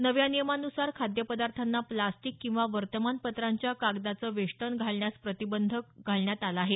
नव्या नियमांनुसार खाद्यपदार्थांना प्लास्टिक किंवा वर्तमानपत्रांच्या कागदाचं वेष्टन घालण्यास प्रतिबंध घालण्यात आला आहे